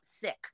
sick